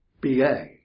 BA